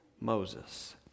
Moses